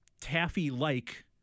taffy-like